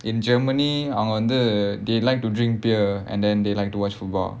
in germany அவங்க வந்து:avanga vandhu they like to drink beer and then they like to watch football